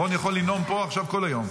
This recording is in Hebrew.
רון יכול לנאום פה כל היום.